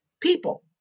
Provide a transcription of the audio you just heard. people